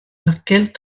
laquelle